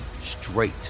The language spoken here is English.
straight